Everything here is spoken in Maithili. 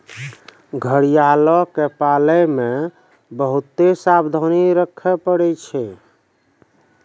घड़ियालो के पालै मे बहुते सावधानी रक्खे पड़ै छै